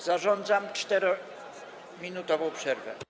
Zarządzam 4-minutową przerwę.